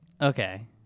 Okay